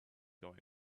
going